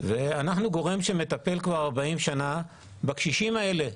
ואנחנו גורם שמטפל כבר 40 שנה בקשישים האלה,